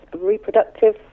reproductive